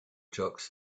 jocks